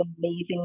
amazing